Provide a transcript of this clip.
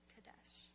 Kadesh